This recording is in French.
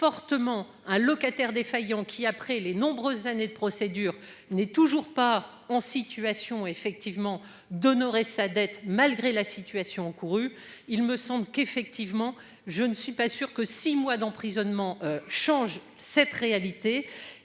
fortement un locataire défaillant qui après les nombreuses années de procédure n'est toujours pas en situation effectivement d'honorer sa dette malgré la situation. Il me semble qu'effectivement je ne suis pas sûr que six mois d'emprisonnement change cette réalité